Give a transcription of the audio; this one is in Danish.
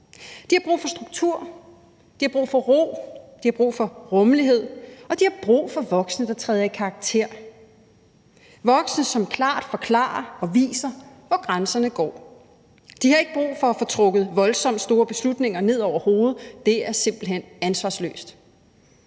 De har brug for struktur, de har brug for ro, de har brug for rummelighed, og de har brug for voksne, der træder i karakter – voksne, som klart forklarer og viser, hvor grænserne går. De har ikke brug for at få trukket voldsomt store beslutninger ned over hovedet, for det er simpelt hen ansvarsløst.